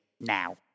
now